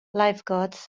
lifeguards